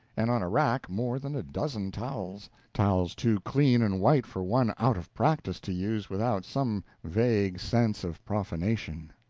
and on a rack more than a dozen towels towels too clean and white for one out of practice to use without some vague sense of profanation.